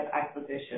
acquisition